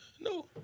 No